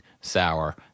sour